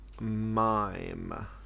mime